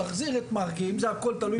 להחזיר את מרגי, אם זה הכל תלוי בו.